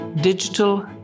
digital